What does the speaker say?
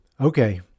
Okay